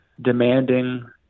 demanding